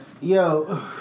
yo